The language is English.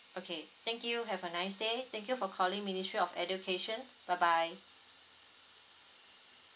okay thank you have a nice day thank you for calling ministry of education bye bye